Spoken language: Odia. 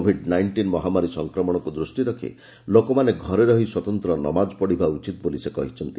କୋଭିଡ୍ ନାଇଷ୍ଟିନ୍ ମହାମାରୀ ସଂକ୍ରମଣକୁ ଦୃଷ୍ଟିରେ ରଖି ଲୋକମାନେ ଘରେ ରହି ସ୍ୱତନ୍ତ୍ର ନମାଜ ପଢ଼ିବା ଉଚିତ ବୋଲି ସେ କହିଛନ୍ତି